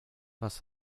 was